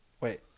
Wait